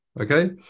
Okay